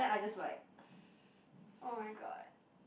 oh-my-god